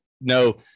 No